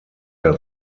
der